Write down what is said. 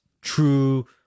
true